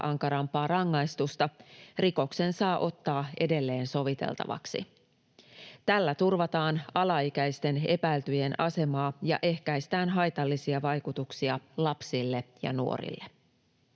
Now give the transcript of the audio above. ankarampaa rangaistusta, rikoksen saa ottaa edelleen soviteltavaksi. Tällä turvataan alaikäisten epäiltyjen asemaa ja ehkäistään haitallisia vaikutuksia lapsille ja nuorille.